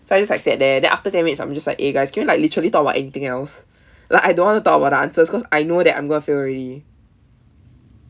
so I just like sat there then after ten minutes I'm just like eh guys can we like literally talk about anything else like I don't want to talk about the answers because I know that I'm going to fail already